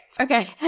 okay